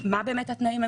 תודה רבה על הצגת הדברים.